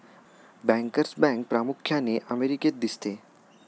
bankers bank प्रामुख्याने अमेरिकेत दिसते